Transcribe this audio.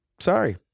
Sorry